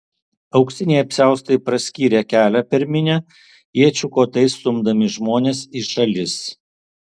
auksiniai apsiaustai praskyrė kelią per minią iečių kotais stumdami žmones į šalis